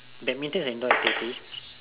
badminton enjoyed playing